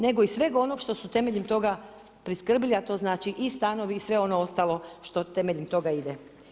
Nego i svega onoga što su temeljem toga priskrbili, a to znači i stanovi i sve ono ostalo što na temelju toga ide.